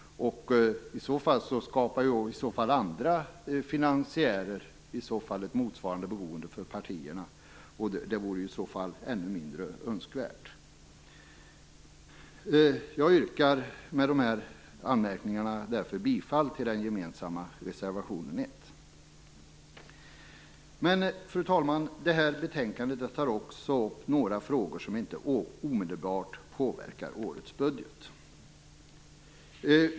Andra finansiärer skulle i så fall skapa ett motsvarande beroende för partierna, och det vore ännu mindre önskvärt. Jag yrkar med dessa anmärkningar bifall till reservation 1. Fru talman! Detta betänkande tar upp några frågor som inte omedelbart påverkar årets budget.